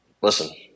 listen